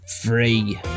free